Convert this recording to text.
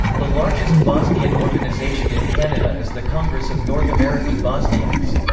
the largest bosnian organisation in canada is the congress of north american bosniaks.